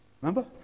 Remember